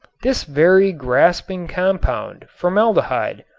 this very grasping compound, formaldehyde,